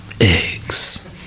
Eggs